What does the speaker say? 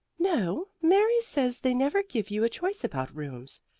no, mary says they never give you a choice about rooms,